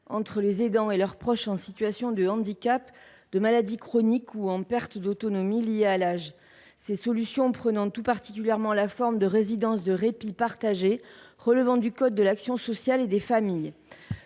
entre les aidants et leurs proches en situation de handicap, de maladie chronique ou de perte d’autonomie liée à l’âge. Ces solutions prennent tout particulièrement la forme de résidence de répit partagé relevant du code de l’action sociale et des familles.